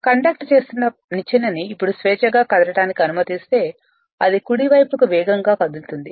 conduct చేస్తున్న నిచ్చెనని ఇప్పుడు స్వేచ్ఛగా కదలడానికి అనుమతిస్తే అది కుడి వైపుకి వేగంగా కదులుతుంది